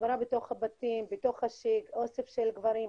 הסברה בתוך הבתים, בתוך אוסף של גברים,